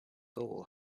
soul